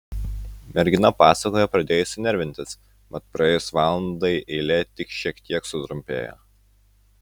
mergina pasakojo pradėjusi nervintis mat praėjus valandai eilė tik šiek tiek sutrumpėjo